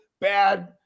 bad